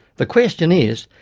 the question is,